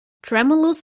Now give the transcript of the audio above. tremulous